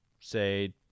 say